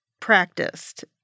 practiced